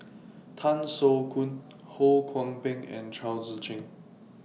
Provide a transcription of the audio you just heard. Tan Soo Khoon Ho Kwon Ping and Chao Tzee Cheng